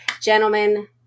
gentlemen